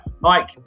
Mike